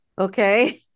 Okay